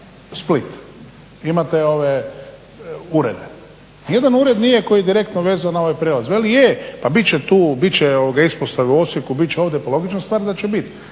Split i imate urede. Nijedan ured nije koji je direktno vezan na ovaj prijelaz. Veli je, pa bit će tu, bit će ispostave u Osijeku, bit će ovdje. Pa logična stvar da će biti,